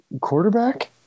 quarterback